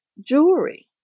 jewelry